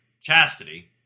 chastity